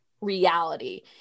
reality